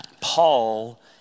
Paul